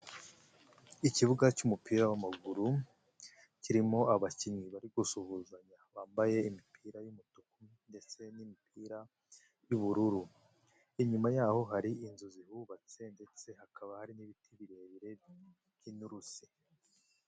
Ikibuga cy'umupira w'amaguru kirimo abakinnyi bari gusuhuzanya bambaye imipira y'umutuku ndetse n'imipira y'ubururu, inyuma y'aho hari inzuzi zihubatse ndetse hakaba hari n'ibiti birebire by'inturusi.